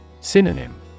Synonym